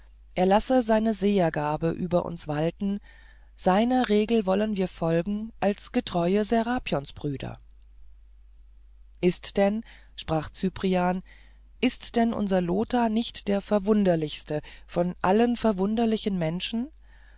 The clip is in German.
er lasse seine sehergabe über uns walten seiner regel wollen wir folgen als getreue serapionsbrüder ist denn sprach cyprian ist denn unser lothar nicht der verwunderlichste von allen verwunderlichen menschen